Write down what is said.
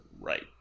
Right